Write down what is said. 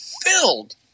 filled